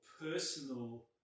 personal